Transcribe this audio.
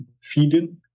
feeding